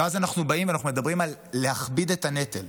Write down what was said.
ואז אנחנו באים ואנחנו מדברים על להכביד את הנטל,